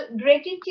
gratitude